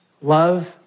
Love